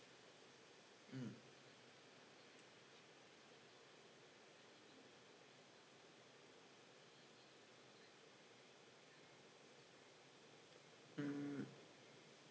mm mm